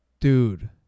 Dude